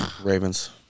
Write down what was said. Ravens